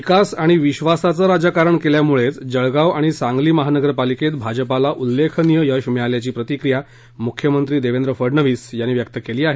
विकास आणि विधासाचं राजकारण केल्यामुळे जळगाव आणि सांगली महानगरपालिकेत भाजपाला उल्लेखनीय यश मिळाल्याची प्रतिक्रिया मुख्यमंत्री देवेंद्र फडणवीस यांनी दिली आहे